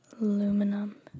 aluminum